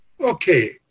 Okay